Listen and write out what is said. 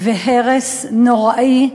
והרס נוראי,